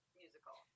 musical